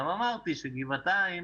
גם אמרתי שגבעתיים